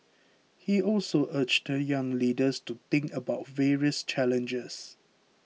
he also urged the young leaders to think about various challenges